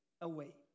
away